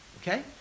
Okay